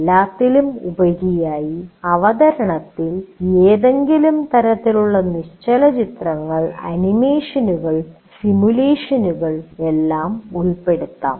എല്ലാത്തിലും ഉപരിയായി അവതരണത്തിൽ ഏതെങ്കിലും തരത്തിലുള്ള നിശ്ചലചിത്രങ്ങൾ ആനിമേഷനുകൾ സിമുലേഷനുകൾ എല്ലാം ഉൾപ്പെടുത്താം